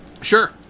Sure